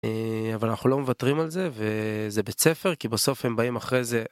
אבל אנחנו לא מוותרים על זה, וזה בית ספר, כי בסוף הם באים אחרי זה